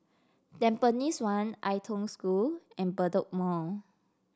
Tampines one Ai Tong School and Bedok Mall